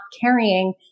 carrying